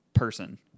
person